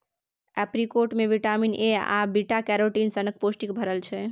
apricot मे vitamin A आर beta carotene सनक पौष्टिक भरल छै